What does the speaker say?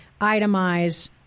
itemize